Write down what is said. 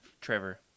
Trevor